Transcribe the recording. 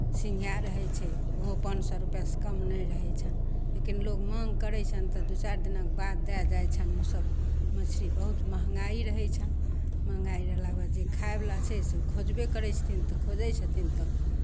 सिंगही रहै छै ओहो पाँच सए रुपैआसँ कम नहि रहै छनि लेकिन लोग माङ्ग करै छनि तऽ दू चारि दिनके बाद दए जाइ छनि ओसभ मछली बहुत महँगाइ रहै छनि महँगाइ रहलाके बाद जे खायवला छै से ओ खोजबे करै छथिन तऽ खोजै छथिन तऽ